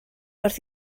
wrth